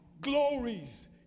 glories